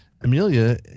Amelia